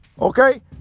okay